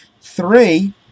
Three